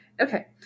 Okay